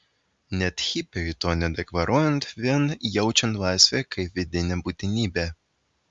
net hipiui to nedeklaruojant vien jaučiant laisvę kaip vidinę būtinybę